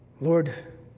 Lord